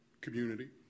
community